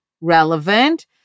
relevant